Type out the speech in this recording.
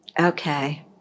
Okay